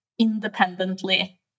independently